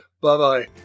Bye-bye